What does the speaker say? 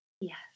Yes